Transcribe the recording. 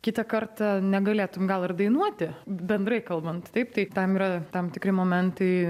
kitą kartą negalėtum gal ir dainuoti bendrai kalbant taip tai tam yra tam tikri momentai